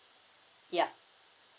yup